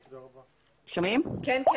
אסביר.